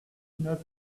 not